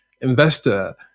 investor